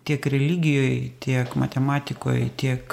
tiek religijoj tiek matematikoj tiek